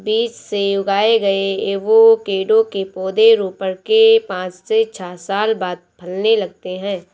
बीज से उगाए गए एवोकैडो के पौधे रोपण के पांच से छह साल बाद फलने लगते हैं